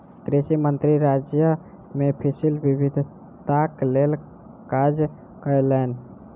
कृषि मंत्री राज्य मे फसिल विविधताक लेल काज कयलैन